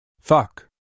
Fuck